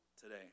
today